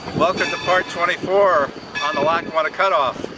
welcome to part twenty four on the lackawanna cut-off